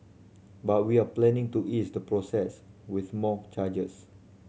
but we are planning to ease the process with more changes